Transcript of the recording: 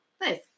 Nice